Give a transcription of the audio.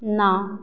ਨਾ